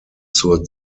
zur